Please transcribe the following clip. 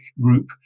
group